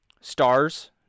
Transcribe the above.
Stars